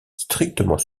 strictement